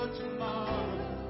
tomorrow